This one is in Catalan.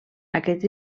aquests